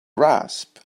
rasp